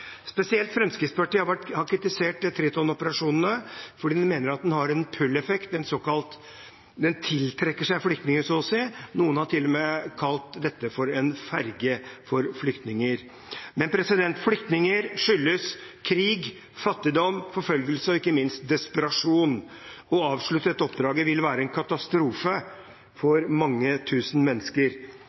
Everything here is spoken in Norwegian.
Spesielt Fremskrittspartiet har kritisert Triton-operasjonene fordi de mener at de har en såkalt pull-effekt, at den tiltrekker seg flyktninger, så å si. Noen har til og med kalt dette for en ferje for flyktninger. Men flyktninger skyldes krig, fattigdom, forfølgelse og ikke minst desperasjon. Å avslutte dette oppdraget ville være en katastrofe for mange tusen mennesker.